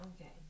Okay